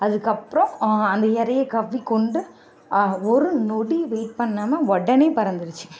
அதற்கப்பறம் அந்த இறைய கவ்விக்கொண்டு ஒரு நொடி வெயிட் பண்ணாமல் உடனே பறந்துருச்சு